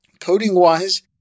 Coding-wise